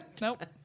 Nope